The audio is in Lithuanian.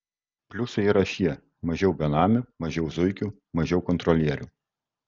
pliusai yra šie mažiau benamių mažiau zuikių mažiau kontrolierių